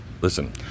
Listen